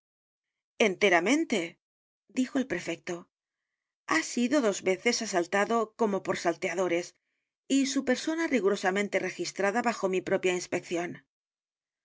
enteramente dijo el prefecto ha sido dos veces asaltado como por salteadores y su persona rigurosamente registrada bajo mi propia inspección